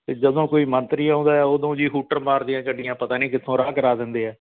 ਅਤੇ ਜਦੋਂ ਕੋਈ ਮੰਤਰੀ ਆਉਂਦਾ ਉਦੋਂ ਜੀ ਹੂਟਰ ਮਾਰਦੀਆਂ ਗੱਡੀਆਂ ਪਤਾ ਨਹੀਂ ਕਿੱਥੋਂ ਰਾਹ ਕਰਾ ਦਿੰਦੇ ਹੈ